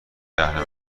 اهل